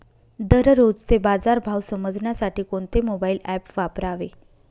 दररोजचे बाजार भाव समजण्यासाठी कोणते मोबाईल ॲप वापरावे?